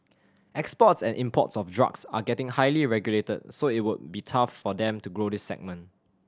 exports and imports of drugs are getting highly regulated so it would be tough for them to grow this segment